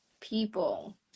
people